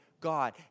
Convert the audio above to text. God